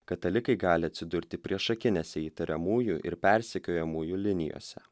katalikai gali atsidurti priešakinėse įtariamųjų ir persekiojamųjų linijose